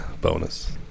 bonus